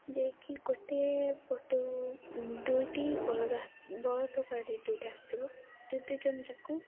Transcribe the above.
ଯିଏକି ଗୋଟିଏ ପଟୁ ଦୁଇଟି ବଳଦ ବଳଦ ଗାଡ଼ି ଦୁଇଟି ଆସିଥିବ ଦୁଇ ଦୁଇ ଜଣ ଯାକୁ